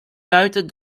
buiten